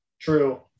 True